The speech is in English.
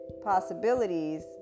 possibilities